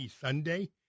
Sunday